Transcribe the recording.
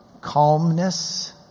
calmness